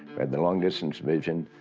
had the long distance division,